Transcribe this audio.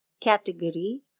category